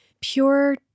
pure